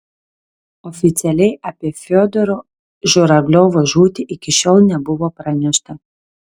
oficialiai apie fiodoro žuravliovo žūtį iki šiol nebuvo pranešta